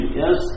yes